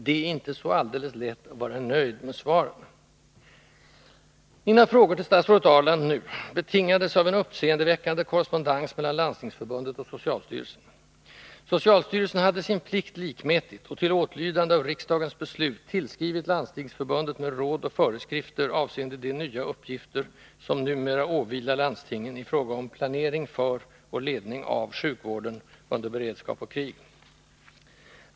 Det är inte så alldeles lätt att vara nöjd med svaren. Mina frågor till statsrådet Ahrland nu betingades av en uppseendeväckande korrespondens mellan Landstingsförbundet och socialstyrelsen. Socialstyrelsen hade sin plikt likmätigt och till åtlydnad av riksdagens beslut tillskrivit Landstingsförbundet med råd och föreskrifter avseende de nya uppgifter som numera åvilar landstingen i fråga om planering för och ledning av sjukvården under beredskap och krig.